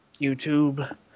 YouTube